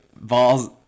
Balls